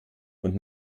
und